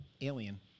Alien